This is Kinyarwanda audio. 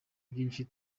byinshi